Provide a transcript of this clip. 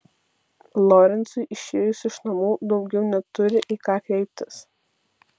lorencui išėjus iš namų daugiau neturi į ką kreiptis